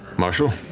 marshal.